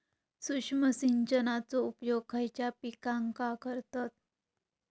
सूक्ष्म सिंचनाचो उपयोग खयच्या पिकांका करतत?